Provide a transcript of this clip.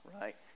right